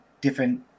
different